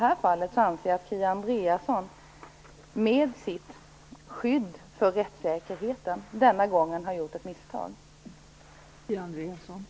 Jag anser att Kia Andreasson, trots att hon tycker att rättssäkerheten skall skyddas, har gjort ett misstag denna gång.